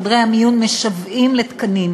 כי חדרי המיון משוועים לתקנים,